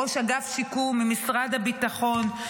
ראש אגף שיקום במשרד הביטחון,